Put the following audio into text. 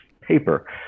paper